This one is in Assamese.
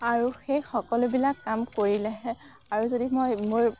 আৰু সেই সকলোবিলাক কাম কৰিলেহে আৰু যদি মই মোৰ